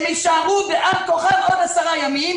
הם יישארו בעל כורחם עוד 10 ימים